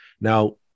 Now